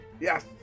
Yes